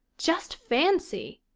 just fancy!